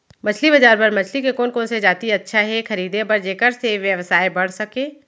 मछली बजार बर मछली के कोन कोन से जाति अच्छा हे खरीदे बर जेकर से व्यवसाय बढ़ सके?